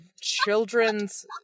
children's